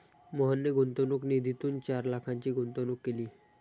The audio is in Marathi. मोहनने गुंतवणूक निधीतून चार लाखांची गुंतवणूक केली